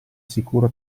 sicuro